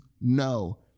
no